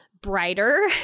brighter